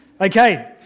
Okay